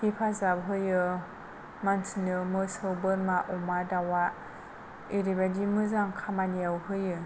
हेफाजाब होयो मानसिनो मोसौ बोरमा अमा दाउआ ओरैबायदि मोजां खामानियाव होयो